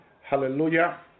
Hallelujah